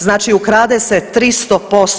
Znači ukrade se 300%